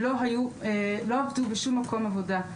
שלא עבדו בשום מקום עבודה.